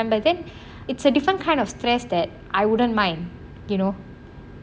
but then it's a different kind of stress that I wouldn't mind you know